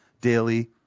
daily